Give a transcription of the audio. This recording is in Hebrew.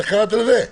איך קראת לזה?